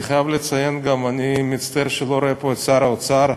אני חייב לציין שאני מצטער שאני לא רואה פה את שר האוצר.